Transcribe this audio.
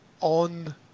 on